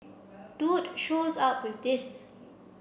dude shows up with this